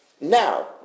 Now